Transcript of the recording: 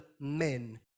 men